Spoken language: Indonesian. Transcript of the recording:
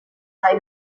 saya